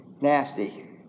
nasty